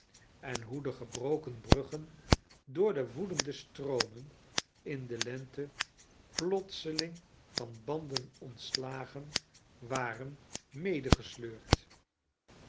en hoe de gebroken bruggen door de woedende stroomen in de lente plotseling van banden ontslagen waren